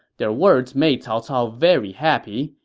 their words made cao cao very happy,